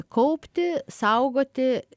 kaupti saugoti